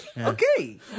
Okay